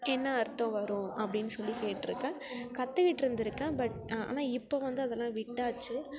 என்ன அர்த்தம் வரும் அப்படின்னு சொல்லி கேட்டுடிருக்கேன் கற்றுக்கிட்டு இருந்திருக்கேன் பட் ஆனால் இப்போது வந்து அதெலாம் விட்டாச்சு